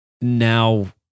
now